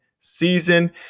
season